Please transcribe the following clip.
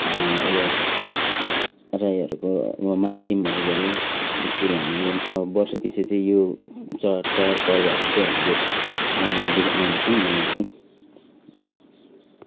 यो राईहरूको यो माम्किम भयो यसरी हामी वर्ष पछि यो चाड चाडपर्वहरू चाहिँ हामीले मनाउँदै आउदँछौ मनाउँछौँ है